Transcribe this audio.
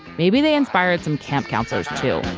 maybe they inspired some camp counselors too.